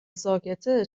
ساکته